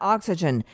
Oxygen